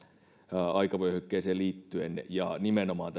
aikavyöhykkeisiin liittyen ja nimenomaan